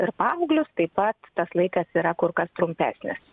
ir paauglius taip pat tas laikas yra kur kas trumpesnis